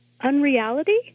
Unreality